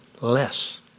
less